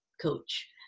coach